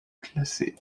classé